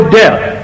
death